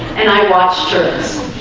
and i watched hers